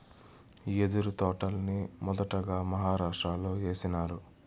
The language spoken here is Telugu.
యెదురు తోటల్ని మొదటగా మహారాష్ట్రలో ఏసినారు